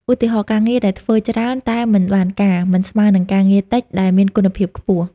ឧទាហរណ៍ ការងារដែលធ្វើច្រើនតែមិនបានការ មិនស្មើនឹងការងារតិចតែមានគុណភាពខ្ពស់។